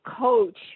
coach